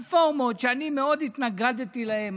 רפורמות שאני מאוד התנגדתי להן.